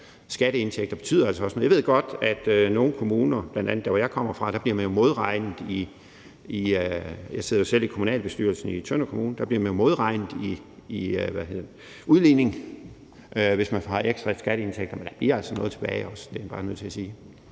skatteindtægter også betyder noget. Men jeg ved godt, at i nogle kommuner – bl.a. der, hvor jeg kommer fra; jeg sidder jo selv i kommunalbestyrelsen i Tønder Kommune – bliver man modregnet i udligning, hvis man har ekstra i skatteindtægter. Men der bliver altså også noget tilbage er jeg bare nødt til at sige.